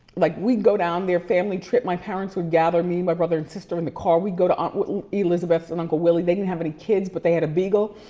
like we'd go down there family trip, my parents would gather me, my brother, and sister in the car. we'd go to aunt elizabeth's and uncle willy, they didn't have any kids but they had a beagle.